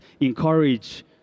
encourage